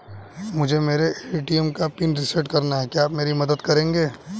मुझे मेरे ए.टी.एम का पिन रीसेट कराना है क्या आप मेरी मदद करेंगे?